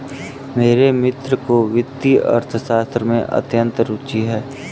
मेरे मित्र को वित्तीय अर्थशास्त्र में अत्यंत रूचि है